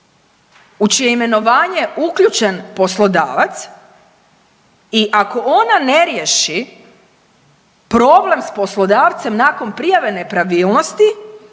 u čije je imenovanje uključen poslodavac i ako ona ne riješi problem s poslodavcem nakon prijave nepravilnosti